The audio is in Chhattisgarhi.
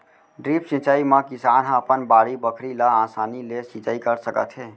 ड्रिप सिंचई म किसान ह अपन बाड़ी बखरी ल असानी ले सिंचई कर सकत हे